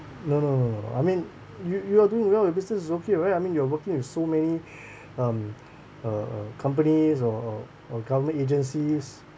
no no no no no no I mean you you all doing well your business is okay right I mean you're working with so many um uh uh companies or or or government agencies